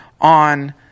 on